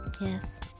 yes